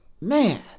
man